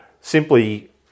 simply